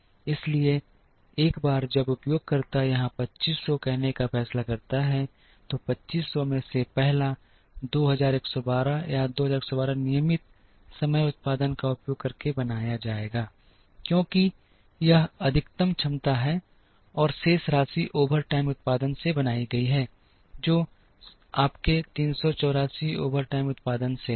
इसलिए एक बार जब उपयोगकर्ता यहां 2500 कहने का फैसला करता है तो 2500 में से पहला 2112 या 2112 नियमित समय उत्पादन का उपयोग करके बनाया जाएगा क्योंकि यह अधिकतम क्षमता है और शेष राशि ओवरटाइम उत्पादन से बनाई गई है जो आपके 384 ओवरटाइम उत्पादन से है